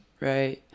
right